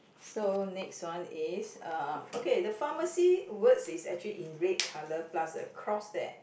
so next one is uh okay the pharmacy words is actually in red color plus a cross there